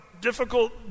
difficult